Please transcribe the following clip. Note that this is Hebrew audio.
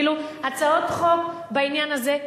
הצעות חוק בעניין הזה,